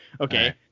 Okay